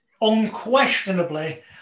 unquestionably